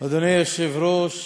אדוני היושב-ראש,